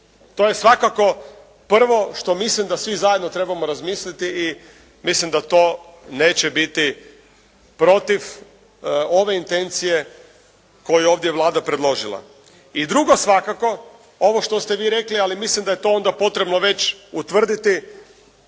To je svakako prvo što mislim da svi zajedno trebamo razmisliti i mislim da to neće biti protiv ove intencije koju je ovdje Vlada predložila. I drugo svakako, ovo što ste vi rekli, ali mislim da je to onda potrebno već utvrditi